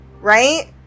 right